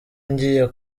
ngiye